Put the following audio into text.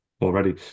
Already